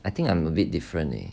I think I'm a bit different leh